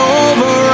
over